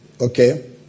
Okay